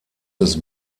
des